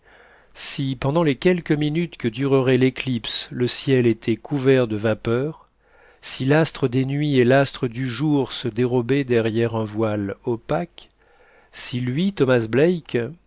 pendant les quelques minutes que durerait l'éclipse le ciel était couvert de vapeurs si l'astre des nuits et l'astre du jour se dérobaient derrière un voile opaque si lui thomas black